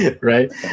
Right